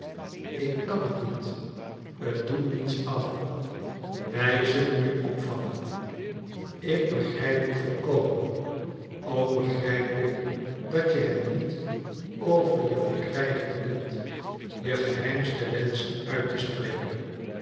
ik kan het niet t doet niets af wij zullen je opvangen ik begrijp je volkomen ook begrijp ik dat je het niet over je verkrijgen kunt je geheimste wenschen uit te spreken